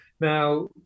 now